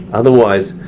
otherwise,